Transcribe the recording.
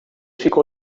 ficou